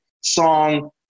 song